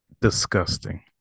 disgusting